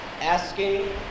asking